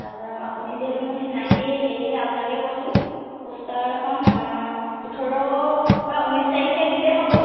তাৰপৰা আপুনি যিহেতু মোৰ চিনাকিয়েই সেয়েহে আপোনাকে কৈছোঁ প'ষ্টাৰখন ওঠৰ বা ঊনৈছ তাৰিখে দিলেই হ'ব